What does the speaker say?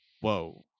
whoa